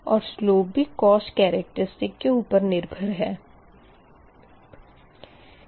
और स्लोप भी cost characteristic के ऊपर निर्भर है